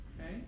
Okay